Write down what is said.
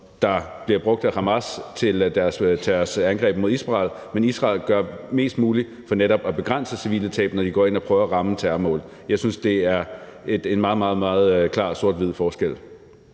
der bliver brugt af Hamas til deres angreb mod Israel, og Israel gør mest muligt for netop at begrænse civile tab, når de går ind og prøver at ramme terrormål. Jeg synes, det er en meget, meget klar sort-hvid forskel.